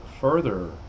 further